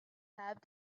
have